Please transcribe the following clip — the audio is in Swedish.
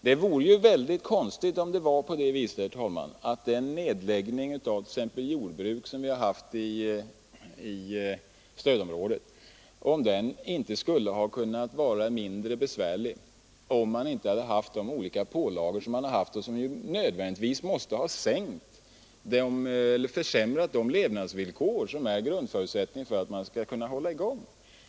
Det vore konstigt om det skulle vara på det viset, herr talman, att den nedläggning av t.ex. jordbruk som har ägt rum i stödområdet inte hade kunnat vara mindre besvärlig om man inte hade haft de olika pålagor som har funnits och som nödvändigtvis måste ha försämrat de levnadsvillkor som är en grundförutsättning för att verksamheten skall kunna hållas i gång.